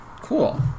Cool